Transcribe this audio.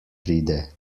pride